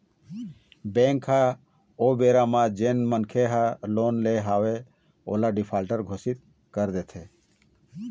bank ह ओ बेरा म जेन मनखे ह लोन ले हवय ओला डिफाल्टर घोसित कर देथे